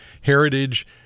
Heritage